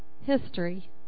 history